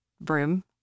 broom